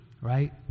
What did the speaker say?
right